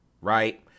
right